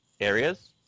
areas